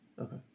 Okay